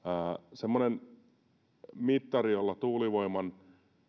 semmoinen mittari jolla tuulivoiman